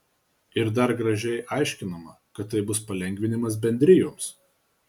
ir dar gražiai aiškinama kad tai bus palengvinimas bendrijoms